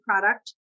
product